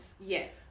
yes